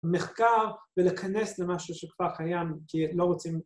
‫מחקר ולכנס למשהו שכבר קיים, ‫כי לא רוצים...